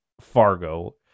Fargo